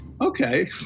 okay